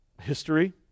history